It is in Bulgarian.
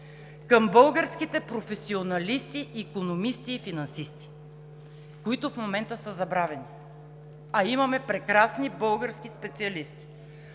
към българските професионалисти икономисти и финансисти, които в момента са забравени, а имаме прекрасни български специалисти